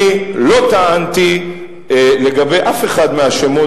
שאני לא טענתי לגבי אף אחד מהשמות